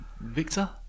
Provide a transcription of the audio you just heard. Victor